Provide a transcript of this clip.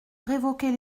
révoquer